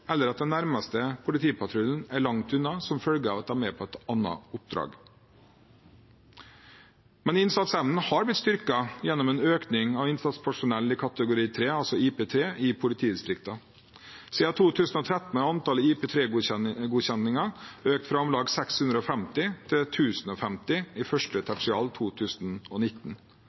eller at den nærmeste politipatruljen er langt unna, som følge av at de er på et annet oppdrag. Men innsatsevnen har blitt styrket gjennom en økning av innsatspersonell i kategori 3, altså IP3, i politidistriktene. Siden 2013 har antallet IP3-godkjenninger økt fra om lag 650 til 1 050 i 1. tertial 2019.